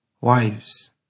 Wives